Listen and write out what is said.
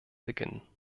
beginnen